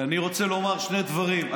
אני רוצה לומר שני דברים,